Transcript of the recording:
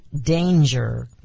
danger